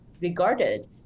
regarded